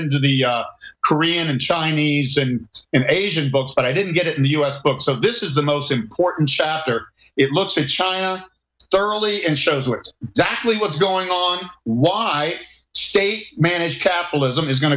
into the korean and chinese and asian books but i didn't get it in the us book so this is the most important chapter it looks at china thoroughly and shows that what's going on why managed capitalism is going